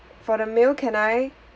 for the meal can I